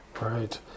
Right